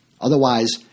Otherwise